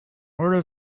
order